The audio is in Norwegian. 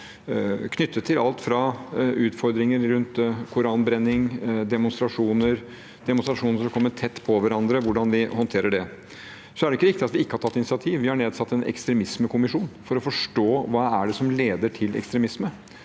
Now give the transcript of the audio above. knyttet til alt fra utfordringer rundt koran brenning, demonstrasjoner – demonstrasjoner som kommer tett på hverandre? Hvordan håndterer vi det? Det er ikke riktig at vi ikke har tatt initiativ. Vi har nedsatt en ekstremismekommisjon for å forstå hva det er som leder til ekstremisme.